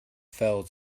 fell